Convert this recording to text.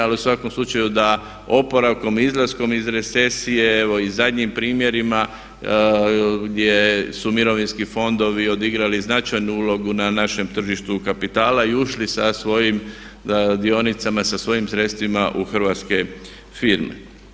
Ali u svakom slučaju da oporavkom, izlaskom iz recesije, evo i zadnjim primjerima gdje su mirovinski fondovi odigrali značajnu ulogu na našem tržištu kapitala i ušli sa svojim dionicama, sa svojim sredstvima u hrvatske firme.